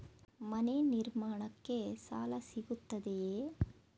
ಮನೆ ನಿರ್ಮಾಣಕ್ಕೆ ಸಾಲ ಸಿಗುತ್ತದೆಯೇ?